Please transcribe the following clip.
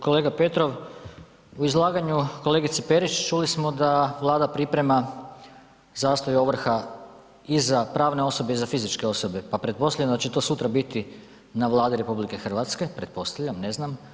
Kolega Petrov, u izlaganju kolegice Perić čuli smo da Vlada priprema zastoj ovrha i za pravne osobe i za fizičke osobe, pa pretpostavljam da će to sutra biti na Vladi RH, pretpostavljam, ne znam.